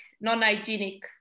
non-hygienic